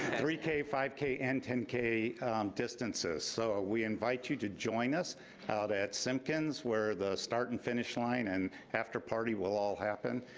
three k, five k and ten k distances, so ah we invite you to join us at simpkins. where the start and finish line and after party will all happen.